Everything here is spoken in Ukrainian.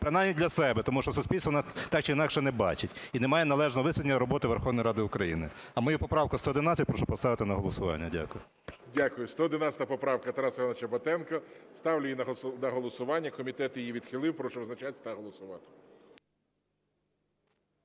принаймні для себе, тому що суспільство нас так чи інакше не бачить і немає належного висвітлення роботи Верховної Ради України. А мою поправку 111 прошу поставити на голосування. Дякую. ГОЛОВУЮЧИЙ. Дякую. 111 поправка Тараса Івановича Батенка, ставлю її на голосування. Комітет її відхилив. Прошу визначатись та голосувати.